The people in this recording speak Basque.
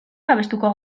babestuko